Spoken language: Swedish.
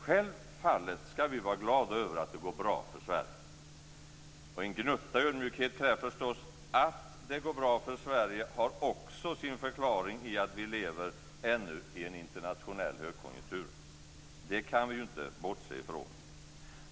Självfallet ska vi vara glada över att det går bra för Sverige. En gnutta ödmjukhet krävs förstås - att det går bra för Sverige har också sin förklaring i att vi ännu lever i en internationell högkonjunktur. Det kan vi ju inte bortse från.